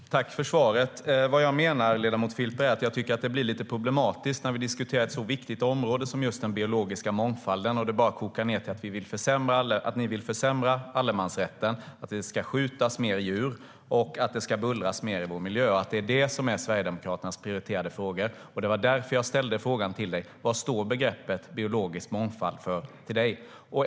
Herr talman! Tack för svaret! Vad jag menar, ledamot Filper, är att jag tycker att det blir lite problematiskt när vi diskuterar ett så viktigt område som just den biologiska mångfalden och det bara kokar ned till att ni vill försämra allemansrätten, att det ska skjutas fler djur och att det ska bullras mer i vår miljö, att det är det som är Sverigedemokraternas prioriterade frågor. Det var därför jag ställde frågan till dig: Vad står begreppet biologisk mångfald för för dig?